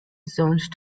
zoned